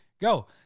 go